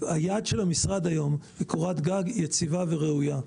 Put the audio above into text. היעד של המשרד היום הוא קורת גג יציבה וראויה.